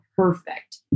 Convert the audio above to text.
Perfect